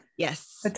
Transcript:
Yes